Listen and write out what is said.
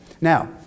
Now